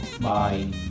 Bye